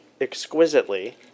exquisitely